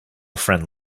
friend